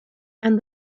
and